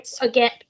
again